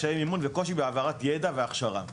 קשיי מימון וקושי בהעברת ידע והכשרה.